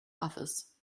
office